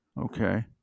okay